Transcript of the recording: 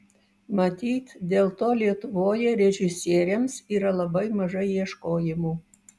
matyt dėl to lietuvoje režisieriams yra labai mažai ieškojimų